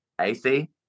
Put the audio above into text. AC